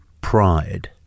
pride